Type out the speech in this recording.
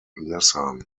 nissan